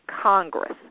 Congress